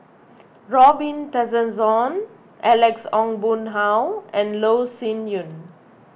Robin Tessensohn Alex Ong Boon Hau and Loh Sin Yun